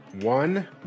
One